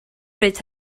bryd